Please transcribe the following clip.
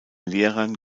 lehrern